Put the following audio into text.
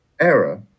error